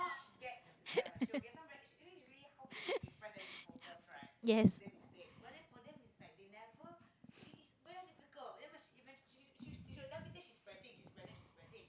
yes